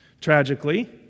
Tragically